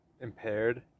Impaired